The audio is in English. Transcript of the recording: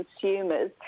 consumers